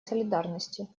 солидарности